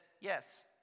yes